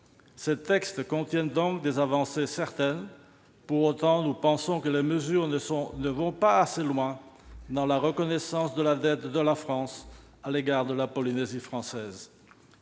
Ces textes contiennent donc des avancées certaines. Pour autant, nous pensons que les mesures proposées ne vont pas assez loin dans la reconnaissance de la dette de la France à l'égard de la Polynésie française.